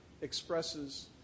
expresses